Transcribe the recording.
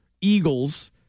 Eagles